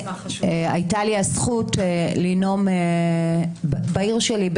הייתה לי הזכות לנאום בעיר שלי,